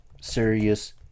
serious